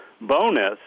bonus